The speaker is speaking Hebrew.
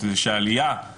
ובפרקליטות המדינה